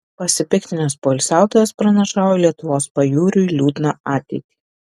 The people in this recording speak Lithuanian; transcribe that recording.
pasipiktinęs poilsiautojas pranašauja lietuvos pajūriui liūdną ateitį